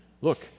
Look